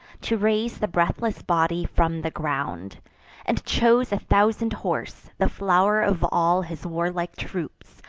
to raise the breathless body from the ground and chose a thousand horse, the flow'r of all his warlike troops,